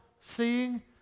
seeing